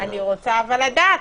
אני רוצה לדעת.